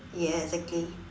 ya exactly